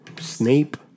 Snape